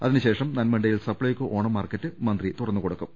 അതിനുശേഷം നന്മണ്ടയിൽ സപ്ലൈകോ ഓണം മാർക്കറ്റ് മന്ത്രി തുറന്നു കൊടുക്കും